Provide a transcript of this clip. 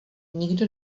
nikdo